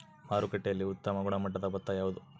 ಮಾರುಕಟ್ಟೆಯಲ್ಲಿ ಉತ್ತಮ ಗುಣಮಟ್ಟದ ಭತ್ತ ಯಾವುದು?